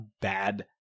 bad